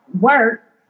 work